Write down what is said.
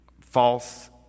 false